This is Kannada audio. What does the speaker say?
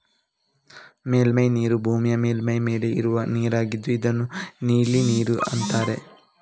ಮೇಲ್ಮೈ ನೀರು ಭೂಮಿಯ ಮೇಲ್ಮೈ ಮೇಲೆ ಇರುವ ನೀರಾಗಿದ್ದು ಇದನ್ನ ನೀಲಿ ನೀರು ಅಂತಾರೆ